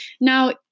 Now